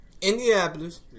Indianapolis